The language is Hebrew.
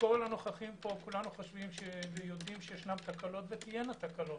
כל הנוכחים פה כולנו יודעים שיש תקלות ותהיינה תקלות,